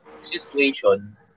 situation